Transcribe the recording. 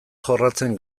jorratzen